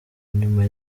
nyuma